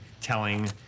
telling